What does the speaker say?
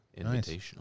Invitational